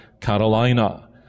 Carolina